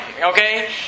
okay